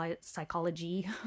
psychology